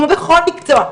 כמו בכל מקצוע.